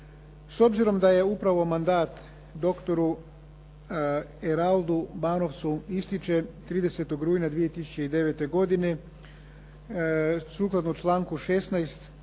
S obzirom da je upravo mandat doktoru Eraldu Marovcu ističe 30. rujna 2009. godine sukladno članku 16.